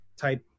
type